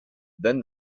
then